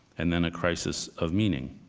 and then a crisis of meaning.